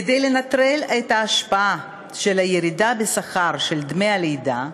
כדי לנטרל את השפעת הירידה בשכר על דמי הלידה,